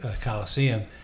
Coliseum